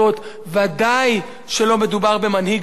ודאי שלא מדובר במנהיג לאומי.